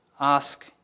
ask